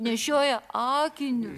nešioja akiniu